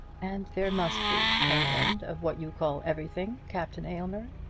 and there must be an end of what you call everything, captain aylmer,